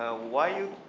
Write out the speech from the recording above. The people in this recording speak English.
ah why you